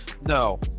No